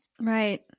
Right